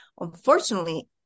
Unfortunately